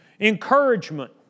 encouragement